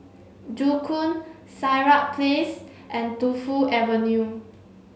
Joo Koon Sirat Place and Tu Fu Avenue